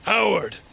Howard